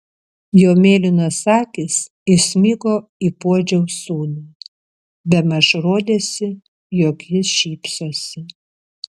jo mėlynos akys įsmigo į puodžiaus sūnų bemaž rodėsi jog jis šypsosi